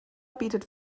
bietet